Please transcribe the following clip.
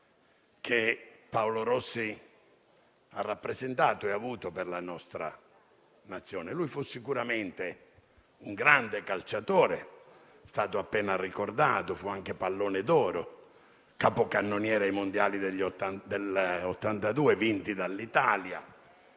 che egli ha rappresentato per la nostra Nazione. Fu sicuramente un grande calciatore e, come è stato appena ricordato, fu anche «Pallone d'oro», capocannoniere ai mondiali del 1982, vinti dall'Italia,